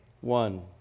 one